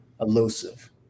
elusive